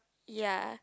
ya